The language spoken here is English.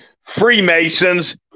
Freemasons